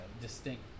distinct